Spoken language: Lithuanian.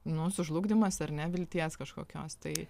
nu sužlugdymas ar ne vilties kažkokios tai